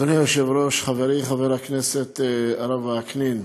אדוני היושב-ראש, חברי חבר הכנסת הרב וקנין,